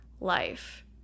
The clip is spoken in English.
life